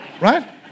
Right